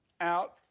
out